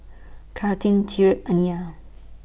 Carlyn Tyreek Aniya